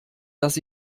dass